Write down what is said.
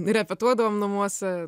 repetuodavom namuose